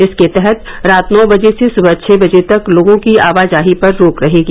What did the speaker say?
इसके तहत रात नौ बजे से सुबह छः बजे तक लोगों की आवाजाही पर रोक रहेगी